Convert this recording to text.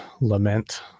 lament